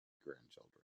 grandchildren